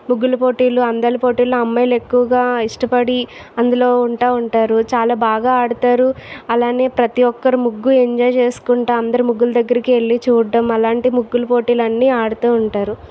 ముగ్గులు పోటీలు అందాల పోటీలు అమ్మాయిలు ఎక్కువగా ఇష్టపడి అందులో ఉంటా ఉంటారు చాలా బాగా ఆడతారు అలానే ప్రతి ఒక్కరు ముగ్గు ఎంజాయ్ చేసుకుంటా అందరి ముగ్గుల దగ్గరికి వెళ్ళి చూడటం అలాంటి ముగ్గులు పోటీలు అన్ని ఆడుతూ ఉంటారు